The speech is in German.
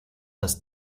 das